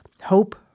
hope